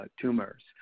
tumors